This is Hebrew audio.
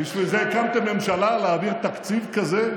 בשביל זה הקמתם ממשלה, להעביר תקציב כזה?